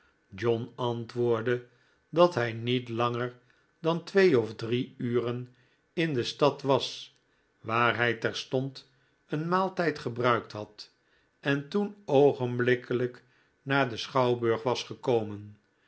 john antwoordde dat hij niet langer dan twee of drie uren in de stad was waar hij terstond een maaltijd gebruikt had en toen oogenblikkelijk naar den schouwburg was gekomen